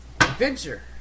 Adventure